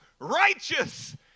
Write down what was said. righteous